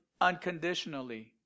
unconditionally